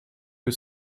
you